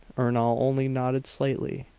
ernol only nodded slightly,